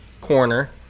corner